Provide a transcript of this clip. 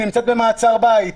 היא נמצאת במעצר בית.